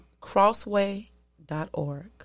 crossway.org